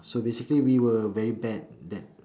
so basically we were very bad that